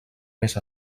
més